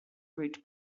route